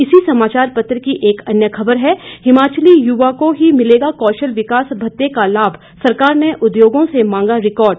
इसी समाचार पत्र की एक अन्य खबर है हिमाचली युवा को ही मिलेगा कौशल विकास भत्ते का लाभ सरकार ने उद्योगों से मांगा रिकार्ड